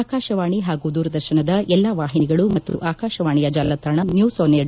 ಆಕಾಶವಾಣಿ ಹಾಗೂ ದೂರದರ್ಶನದ ಎಲ್ಲಾ ವಾಹಿನಿಗಳು ಮತ್ತು ಆಕಾಶವಾಣಿಯ ಜಾಲತಾಣ ನ್ಯೂಸ್ ಆನ್ ಏರ್